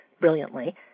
brilliantly